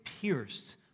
pierced